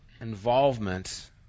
involvement